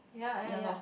ya ya ya